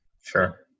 Sure